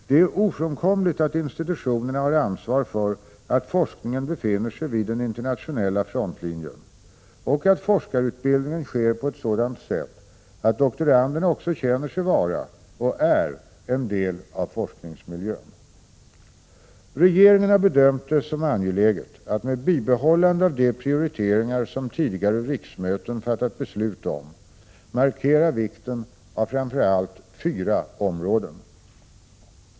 Det är ofrånkomligt att institutionerna har ansvar för att forskningen befinner sig vid den internationella frontlinjen och att forskarutbildningen sker på ett sådant sätt att doktoranderna också känner sig vara och är en del av forskningsmiljön. 39 Regeringen har bedömt det som angeläget att, med bibehållande av de prioriteringar som tidigare riksmöten fattat beslut om, markera vikten av framför allt fyra områden.